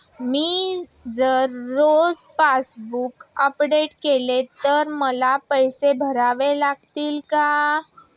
मी जर रोज passbook update केले तर मला पैसे भरावे लागतील का?